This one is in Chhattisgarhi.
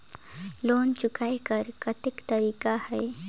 लोन चुकाय कर कतेक तरीका है?